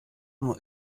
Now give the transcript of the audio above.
nur